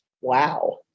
Wow